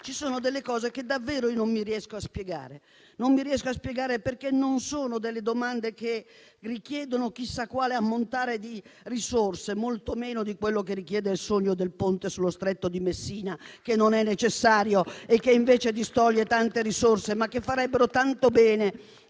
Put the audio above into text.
Ci sono delle cose che davvero non mi riesco a spiegare. Non me le riesco a spiegare, perché non sono delle domande che richiedono chissà quale ammontare di risorse; richiedono in realtà molto meno di quello che richiede il sogno del Ponte sullo Stretto di Messina, che non è necessario e che invece distoglie tante risorse che farebbero tanto bene